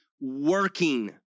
working